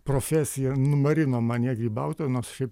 profesija numarino manyje grybautoją nors šiaip